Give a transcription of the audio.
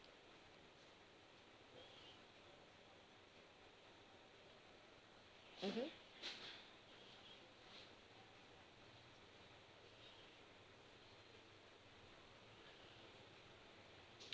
mmhmm